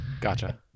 gotcha